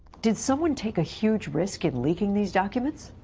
did someone take a huge risk in leaking these documents?